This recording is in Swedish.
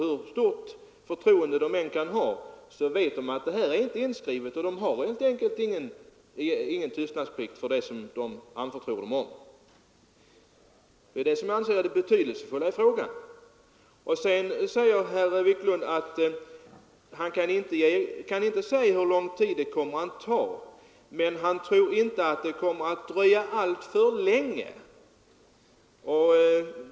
Hur stort förtroende eleverna än hyser för kuratorerna vet de att någon tystnadsplikt inte finns inskriven i lag. Det är det som är det betydelsefulla i frågan. ' Herr Wiklund i Härnösand kan inte säga när offentlighetsoch sekretesslagstiftningskommittén lägger fram förslag, men han tror inte att det kommer att dröja alltför länge.